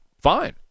Fine